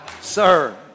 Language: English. Sir